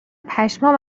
پشمام